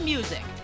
Music